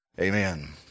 Amen